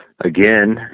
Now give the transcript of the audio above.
again